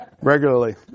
Regularly